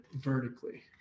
vertically